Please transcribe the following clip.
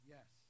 Yes